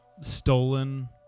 stolen